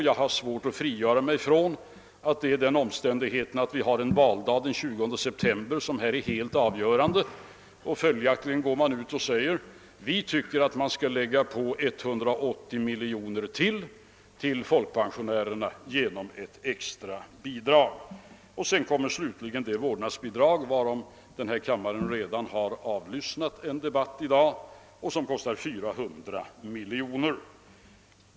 Jag har svårt att frigöra mig från intrycket att det är den omständigheten att vi har en valdag den 20 september som härvidlag är helt avgörande. Man går följaktligen ut och säger: Vi tycker att det skall läggas på ytterligare 180 miljoner för folkpensionärerna genom ett extra bidrag. Slutligen kommer det vårdnadsbidrag om vilket denna kammare redan avlyssnat en debatt i dag och som kostar 400 miljoner kronor.